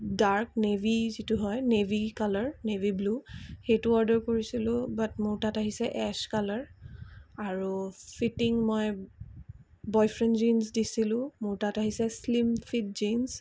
dark navy যিটো হয় navy colour navy blue সেইটো অৰ্ডাৰ কৰিছিলোঁ বাত মোৰ তাত আহিছে এছ কালাৰ আৰু ফিটিং মই বয়ফ্ৰেইণ্ড জিনচ দিছিলোঁ মোৰ তাত আহিছে শ্লিম ফিট জিনচ